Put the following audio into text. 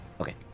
Okay